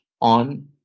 on